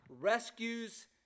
rescues